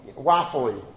waffly